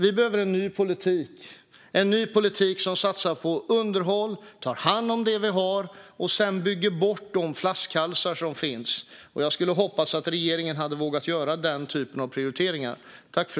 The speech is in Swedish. Vi behöver en ny politik som satsar på underhåll, som tar hand om det vi har och sedan bygger bort de flaskhalsar som finns. Jag hade hoppats att regeringen skulle ha vågat göra den typen av prioriteringar.